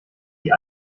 sie